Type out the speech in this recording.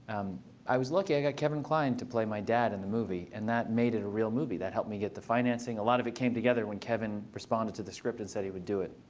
i was lucky. i got kevin kline to play my dad in the movie. and that made it a real movie. that helped me get the financing. a lot of it came together when kevin responded to the script and said he would do it.